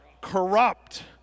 corrupt